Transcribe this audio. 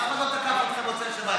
אף אחד לא תקף אותך במוצאי שבת.